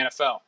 NFL